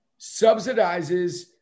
subsidizes